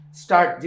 start